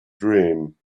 dream